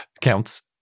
Counts